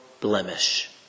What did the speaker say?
blemish